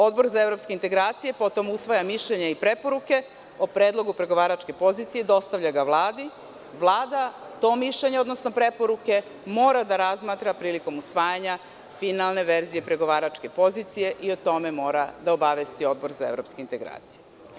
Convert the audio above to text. Odbor za evropske integracije potom usvaja mišljenje i preporuke o predlogu pregovaračke pozicije, dostavlja ga Vladi, Vlada to mišljenje, odnosno preporuke mora da razmatra prilikom usvajanja finalne verzije pregovaračke pozicije i o tome mora da obavesti Odbor za evropske integracije.